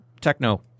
Techno